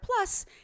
Plus